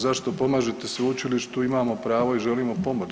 Zašto pomažete sveučilište, tu imamo pravo i želimo pomoći.